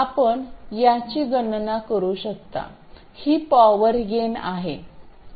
आपण याची गणना करू शकता ही पॉवर गेन आहे